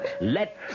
let